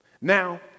Now